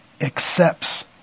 accepts